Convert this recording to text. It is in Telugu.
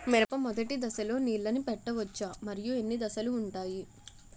మిరప మొదటి దశలో నీళ్ళని పెట్టవచ్చా? మరియు ఎన్ని దశలు ఉంటాయి?